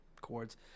chords